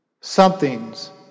Something's